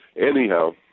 anyhow